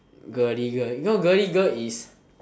girly girls you know girly girls is